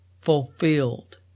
fulfilled